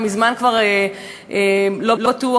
מזמן כבר לא בטוח,